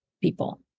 people